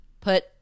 put